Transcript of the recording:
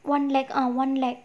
one like ah one like